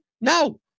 No